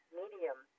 medium